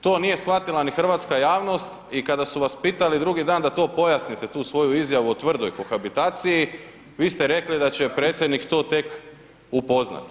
To nije shvatila ni hrvatska javnost i kada su vas pitali drugi dan da to pojasnite tu svoju izjavu o tvrdoj kohabitaciji, vi ste rekli da će Predsjednik to tek upoznati.